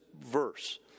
verse